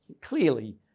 clearly